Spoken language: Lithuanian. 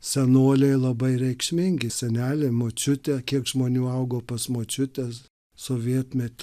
senoliai labai reikšmingi senelė močiutė kiek žmonių augo pas močiutes sovietmetį